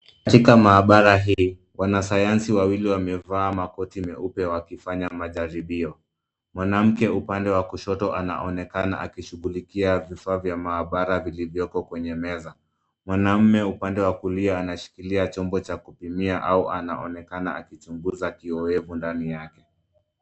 Katika mahabara hii, wanasayansi wawili wamevaa makoti meupe wakifanya majaribio. Mwanamke upande wa kushoto anaonekana aki shughulikia vifaa vya mahabara vilivyoko kwenye meza. Mwanaume wa upande wa kulia anashikilia chombo cha kupimia au anaonekana akichunguza kilio ndani yake.